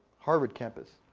harvard campus.